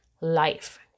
life